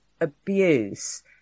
abuse